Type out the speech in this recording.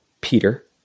Peter